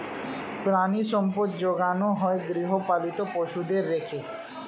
প্রাণিসম্পদ যোগানো হয় গৃহপালিত পশুদের রেখে